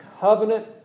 covenant